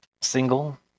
single